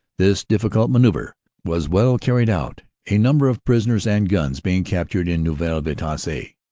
this diffi cult mana uvre was well carried out, a number of prisoners and guns being captured in neuville vitasse.